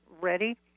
ready